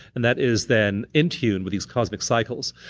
and that is then in tune with these cosmic cycles.